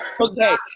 Okay